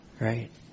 right